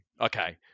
Okay